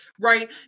right